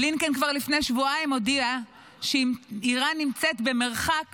בלינקן כבר לפני שבועיים הודיע שאיראן נמצאת במרחק